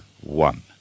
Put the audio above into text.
one